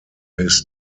his